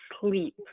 sleep